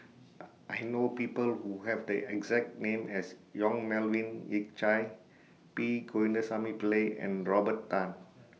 I know People Who Have The exact name as Yong Melvin Yik Chye P Govindasamy Pillai and Robert Tan